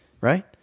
right